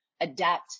adapt